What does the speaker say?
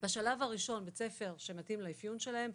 בשלב הראשון בית ספר שמתאים לאפיון שלהם,